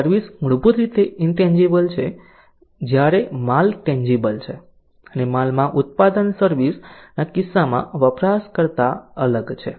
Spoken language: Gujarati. સર્વિસ મૂળભૂત રીતે ઇનટેન્જીબલ છે જ્યારે માલ ટેન્જીબલ છે અને માલમાં ઉત્પાદન સર્વિસ ના કિસ્સામાં વપરાશ કરતા અલગ છે